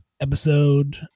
episode